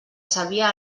sabia